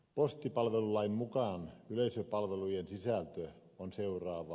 postipalvelulain mukaan yleisöpalvelujen sisältö on seuraava